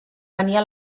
venia